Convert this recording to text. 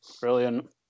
brilliant